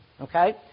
Okay